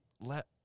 let